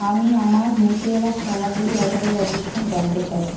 আমি আমার নিউট্রেলা সয়া বড়ি অর্ডারের অবস্থান জানতে চাই